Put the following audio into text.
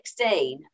2016